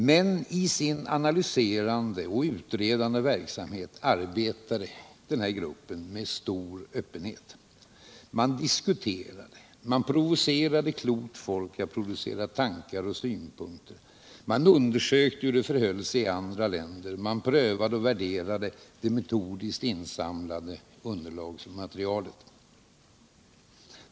Meni isin analyserande och utredande verksamhet arbetade man med stor öppenhet. Man diskuterade, man provocerade klokt folk att producera tankar och synpunkter, man undersökte hur det förhöll sig i andra länder, man prövade och värderade det metodiskt insamlade underlagsmaterialet.